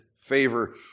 favor